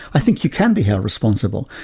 i think you can be held responsible.